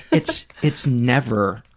it's it's never,